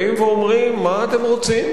באים ואומרים: מה אתם רוצים?